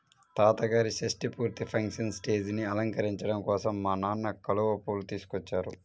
తాతగారి షష్టి పూర్తి ఫంక్షన్ స్టేజీని అలంకరించడం కోసం మా నాన్న కలువ పూలు తీసుకొచ్చారు